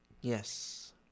Yes